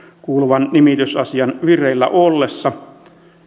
kuuluvan nimitysasian vireillä ollessa